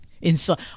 inside